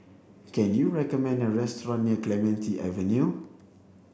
can you recommend a restaurant near Clementi Avenue